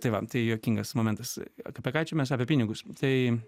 tai va tai juokingas momentas apie ką čia mes apie pinigus tai